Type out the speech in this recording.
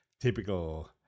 typical